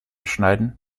schneiden